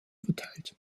verteilt